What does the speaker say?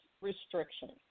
restriction